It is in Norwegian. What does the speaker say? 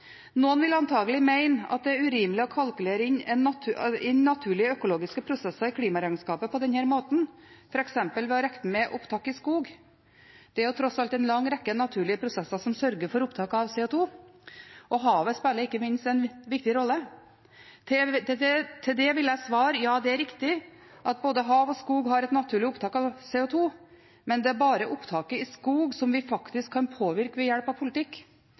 urimelig å kalkulere naturlige økologiske prosesser inn i klimaregnskapet på denne måten, f.eks. ved å regne med opptak i skog – det er tross alt en lang rekke naturlige prosesser som sørger for opptak av CO 2 , og havet spiller ikke minst en viktig rolle. Til det vil jeg svare: Ja, det er riktig at både hav og skog har et naturlig opptak av CO 2 , men det er bare opptaket i skog vi kan påvirke ved hjelp av politikk.